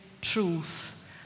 truth